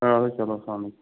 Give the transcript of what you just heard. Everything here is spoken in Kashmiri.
اَدٕ سا چلو سلام علیکُم